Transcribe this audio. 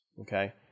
Okay